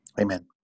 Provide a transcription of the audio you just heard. Amen